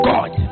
God